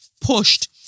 pushed